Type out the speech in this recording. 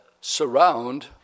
surround